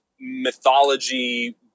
mythology